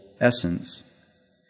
essence